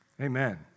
Amen